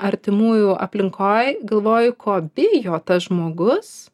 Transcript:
artimųjų aplinkoj galvoju ko bijo tas žmogus